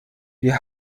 wir